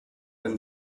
dann